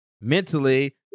mentally